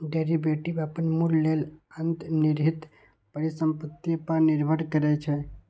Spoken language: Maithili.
डेरिवेटिव अपन मूल्य लेल अंतर्निहित परिसंपत्ति पर निर्भर करै छै